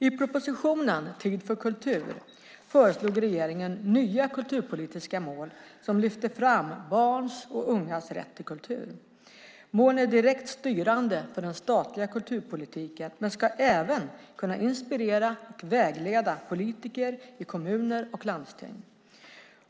I propositionen Tid för kultur föreslog regeringen nya kulturpolitiska mål som lyfter fram barns och ungas rätt till kultur. Målen är direkt styrande för den statliga kulturpolitiken, men ska även kunna inspirera och vägleda politiker i kommuner och landsting.